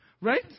Right